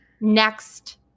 next